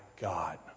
God